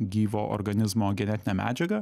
gyvo organizmo genetinę medžiagą